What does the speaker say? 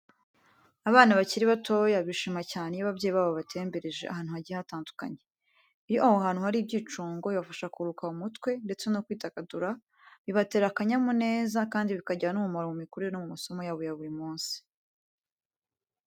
Abana bakiri batoya bishima cyane iyo ababyeyi babo babatembereje ahantu hagiye hatandukanye. Iyo aho hantu hari ibyicungo bibafasha kuruhuka mu mutwe ndetse no kwidagadura, bibatera akanyamuneza kandi bikagira n'umumaro mu mikurire no mu masomo yabo ya buri munsi.